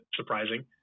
surprising